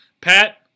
pat